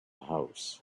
house